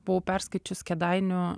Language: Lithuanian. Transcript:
buvau perskaičius kėdainių